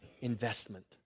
investment